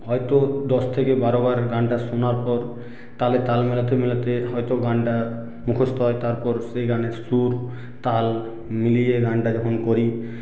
হয়তো দশ থেকে বারো বার গানটা শোনার পর তালে তাল মেলাতে মেলাতে হয়তো গানটা মুখস্ত হয় তারপর সে গানের সুর তাল মিলিয়ে গানটা যখন করি